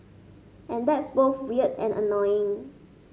and that's both weird and annoying